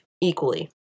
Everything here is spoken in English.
equally